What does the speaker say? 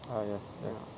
ah yes yes